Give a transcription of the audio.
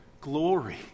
glory